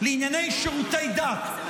לענייני שירותי דת,